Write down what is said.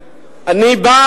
אני חוזר ואומר,